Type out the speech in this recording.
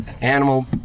animal